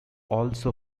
also